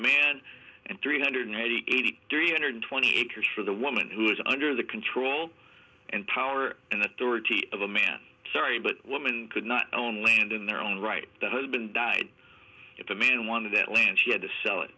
man and three hundred eighty eight three hundred twenty acres for the woman who is under the control and power and authority of a man sorry but woman could not own land in their own right the husband died if a man wanted that land she had to sell it